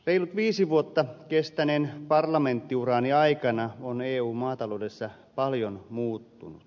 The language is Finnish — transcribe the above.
reilut viisi vuotta kestäneen parlamenttiurani aikana on eun maataloudessa paljon muuttunut